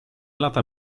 lata